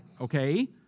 okay